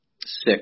six